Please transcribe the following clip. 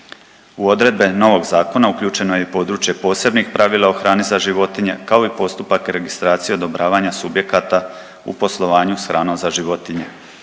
U odredbe novog zakona uključeno je i područje posebnih pravila o hrani za životinje kao i postupak registracije odobravanja subjekata u poslovanju s hranom za životnije